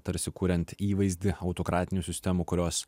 tarsi kuriant įvaizdį autokratinių sistemų kurios